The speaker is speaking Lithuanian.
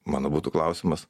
manau būtų klausimas